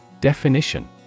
Definition